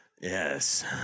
Yes